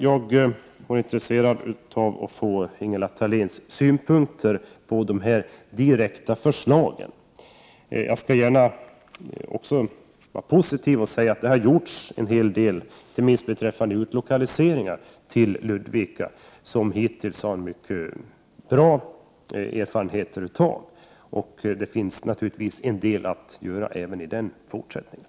Jag är intresserad av att få Ingela Thaléns synpunkter på mina direkta förslag. Jag skall gärna också vara positiv och säga att det har gjorts en hel del, inte minst utlokaliseringar till Ludvika, som vi hittills har en mycket bra erfarenhet av. Men det finns naturligtvis mycket att göra även i fortsättningen.